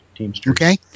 Okay